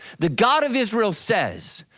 the god of israel says,